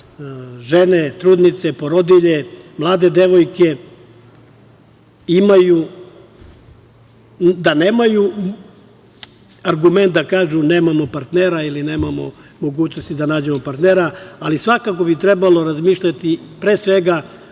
žene, trudnice, porodilje, mlade devojke nemaju argument da kažu – nemamo partnera ili nemamo mogućnosti da nađemo partnera. Svakako bi trebalo razmišljati pre svega